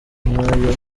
nk’ayo